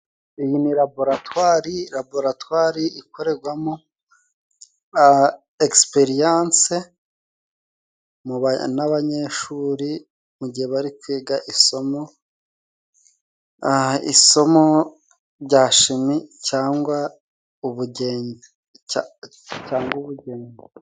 Iyi ni laboratwari, laboratwari ikorerwamo egisiperiyanse n'abanyeshuri mu gihe bari kwiga isomo, isomo rya shimi cyangwa ubujyenjye.